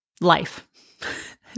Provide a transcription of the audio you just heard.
life